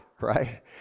right